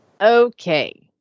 Okay